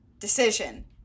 Decision